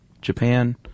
Japan